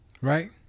Right